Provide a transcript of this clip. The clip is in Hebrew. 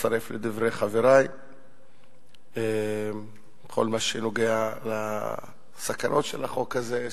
מצטרף לדברי חברי בכל מה שנוגע לסכנות של החוק הזה,